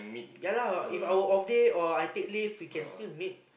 ya lah If I off day or I take leave we can still meet